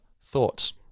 thoughts